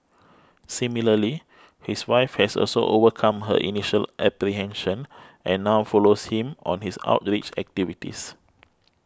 similarly his wife has also overcome her initial apprehension and now follows him on his outreach activities